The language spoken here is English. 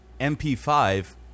MP5